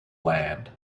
land